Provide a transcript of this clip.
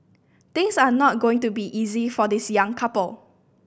things are not going to be easy for this young couple